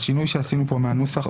השינוי שעשינו כאן מהנוסח,